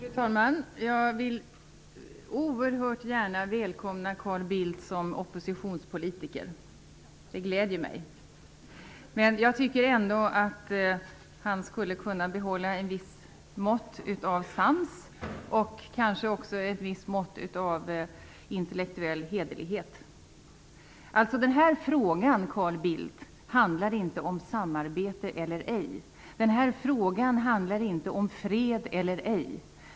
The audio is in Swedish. Fru talman! Jag vill oerhört gärna välkomna Carl Bildt som oppositionspolitiker - det gläder mig. Jag tycker ändå att Carl Bildt skulle kunna behålla ett visst mått av sans och kanske också ett visst mått av intellektuell hederlighet. Den här frågan handlar inte om samarbete eller ej, Carl Bildt. Den här frågan handlar inte om fred eller ej.